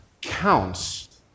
counts